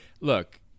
look